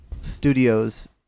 Studios